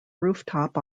rooftop